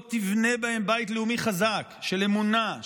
לא תבנה בהם בית לאומי חזק של אמונה,